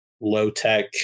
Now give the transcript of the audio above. low-tech